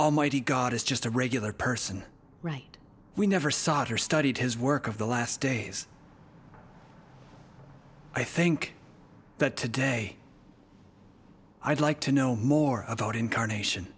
almighty god is just a regular person right we never saw it or studied his work of the last days i think but today i'd like to know more about incarnation